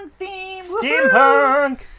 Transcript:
Steampunk